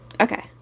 Okay